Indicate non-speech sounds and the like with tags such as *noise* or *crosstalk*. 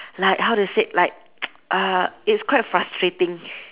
like how to say like *noise* uh it's quite frustrating